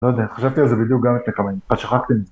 לא יודע, חשבתי על זה בדיוק גם לפני כמה ימים, חשכמתי על זה